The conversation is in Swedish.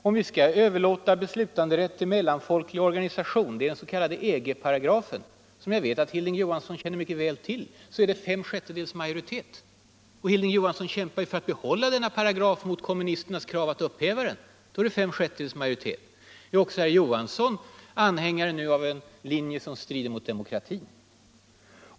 Om vi skall överlåta beslutanderätt till en mellanfolklig organisation — den s.k. EG-paragrafen, som jag vet att Hilding Johansson mycket väl känner till — så gäller fem sjättedels majoritet. Hilding Johansson kämpar ju för att behålla denna paragraf mot kommunisternas krav på att den skall upphävas. Är också herr Johansson nu anhängare av en linje som strider mot demokratin?